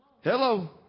Hello